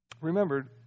Remembered